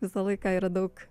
visą laiką yra daug